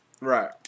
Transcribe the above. Right